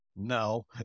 No